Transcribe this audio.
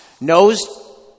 knows